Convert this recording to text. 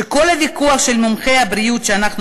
שכל הוויכוח של מומחי הבריאות שאנחנו